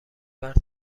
فرد